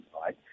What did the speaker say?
right